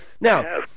Now